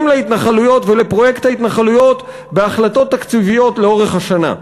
להתנחלויות ולפרויקט ההתנחלויות בהחלטות תקציביות לאורך השנה.